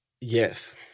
Yes